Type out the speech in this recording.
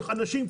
על אנשים,